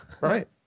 Right